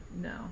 No